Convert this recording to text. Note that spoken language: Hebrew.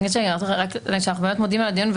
אנחנו מודים על הדיון,